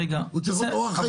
הוא צריך להיות אורח חיים רחב.